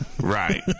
Right